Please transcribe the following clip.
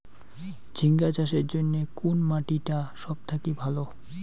ঝিঙ্গা চাষের জইন্যে কুন মাটি টা সব থাকি ভালো?